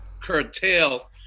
curtail